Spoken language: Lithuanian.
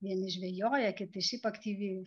vieni žvejoja kiti šiaip aktyviai